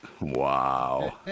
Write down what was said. Wow